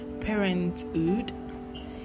parenthood